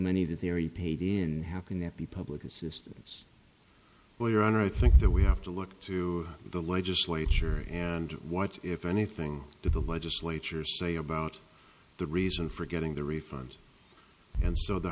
of the theory paid in how can that be public assistance well your honor i think that we have to look to the legislature and what if anything to the legislature say about the reason for getting the refund and so the